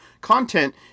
content